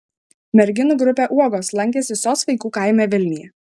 merginų grupė uogos lankėsi sos vaikų kaime vilniuje